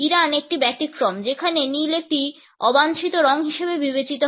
Iran একটি ব্যতিক্রম যেখানে নীল একটি অবাঞ্ছিত রঙ হিসাবে বিবেচিত হয়